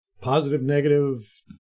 positive-negative